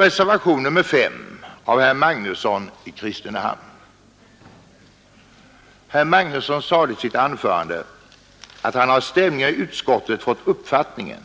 Herr Magnusson sade i sitt anförande att han av stämningen i utskottet fått den uppfattningen